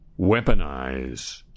weaponize